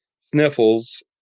sniffles